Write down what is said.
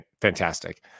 fantastic